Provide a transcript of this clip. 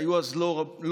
והיו אז לא מעט,